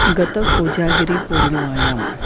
गतकूजागिरिपूर्णिमायाम्